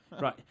Right